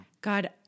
God